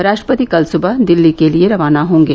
राष्ट्रपति कल सुबह दिल्ली के लिए रवाना होंगे